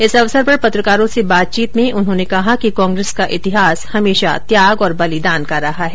इस अवसर र पत्रकारों से बातचीत में उन्होंने कहा कि कांग्रेस का इतिहास हमेशा त्याग और बलिदान का रहा है